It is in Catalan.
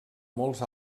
molts